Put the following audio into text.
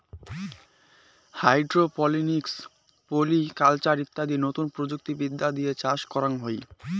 hydroponics, polyculture ইত্যাদি নতুন প্রযুক্তি বিদ্যা দিয়ে চাষ করাঙ হই